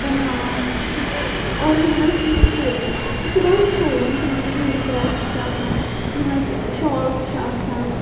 بَناوان تہٕ مگر آرِجِنَل چیٖز تہِ چھِ ییٚتیی ییٚتہِ چھِ واریاہ شوروٗمٕز یِمَن مَنٛز ہینٛڈی کرٛافٹٕس چھِ آسان یِمے شالٕز چھِ آسان